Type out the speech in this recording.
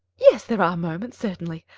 yes, there are moments, certainly.